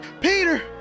Peter